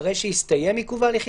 אחרי שהסתיים עיכוב ההליכים?